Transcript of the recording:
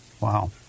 Wow